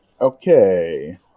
Okay